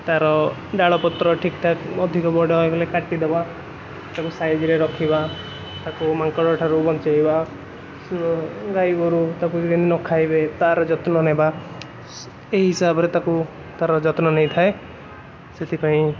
ତା'ର ଡାଳପତ୍ର ଠିକ୍ ଠାକ୍ ଅଧିକ ବଡ଼ ହେଇଗଲେ କାଟି ଦେବା ତାକୁ ସାଇଜ୍ରେ ରଖିବା ତାକୁ ମାଙ୍କଡ଼ ଠାରୁ ବଞ୍ଚାଇବା ତ ଗାଈଗୋରୁ ତାକୁ ଯେମିତି ନଖାଇବେ ତା'ର ଯତ୍ନ ନେବା ଏହି ହିସାବରେ ତାକୁ ତା'ର ଯତ୍ନ ନେଇଥାଏ ସେଥିପାଇଁ